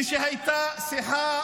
שהייתה שיחה,